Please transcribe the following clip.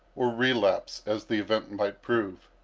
or relapse, as the event might prove.